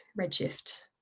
redshift